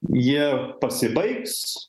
jie pasibaigs